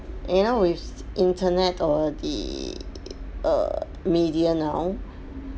you know with internet or the err media now